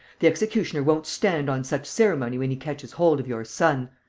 the executioner won't stand on such ceremony when he catches hold of your son.